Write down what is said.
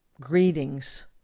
Greetings